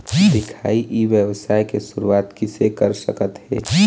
दिखाही ई व्यवसाय के शुरुआत किसे कर सकत हे?